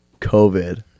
COVID